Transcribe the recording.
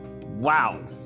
Wow